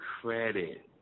Credit